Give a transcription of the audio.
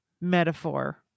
metaphor